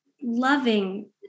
loving